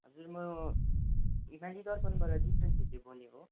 हजुर म हिमाली दर्पणबाट दिपेन छेत्री बोलेको